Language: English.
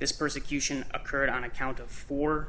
this persecution occurred on account of fo